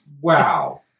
Wow